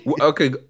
Okay